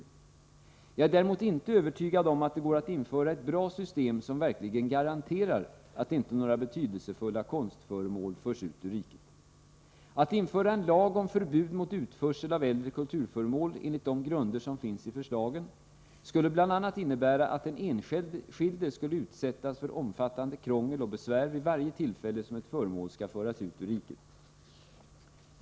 J ag är däremotinte övertygad om att det går att införa ett bra system som verkligen garanterar att inte några betydelsefulla kulturföremål förs ut ur riket. Att införa en lag om förbud mot utförsel av äldre kulturföremål enligt de grunder som finns i förslagen skulle bl.a. innebära att den enskilde skulle utsättas för omfattande krångel och besvär vid varje tillfälle som ett föremål skall föras ut ur riket.